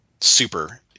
Super